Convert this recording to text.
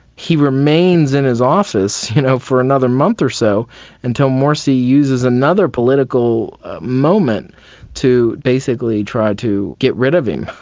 he remains in his office you know for another month or so until morsi uses another political moment to basically try to get rid of him.